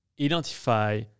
identify